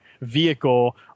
vehicle